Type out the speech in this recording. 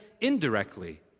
indirectly